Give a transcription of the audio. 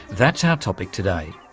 that's our topic today.